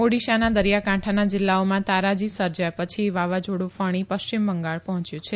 ઓડિશાના દરિયાકાંઠાના જિલ્લાઓમાં તારાજી સર્જ્યા પછી વાવાઝોડું ફણી પશ્ચિમ બંગાળ પહોંચ્યું છે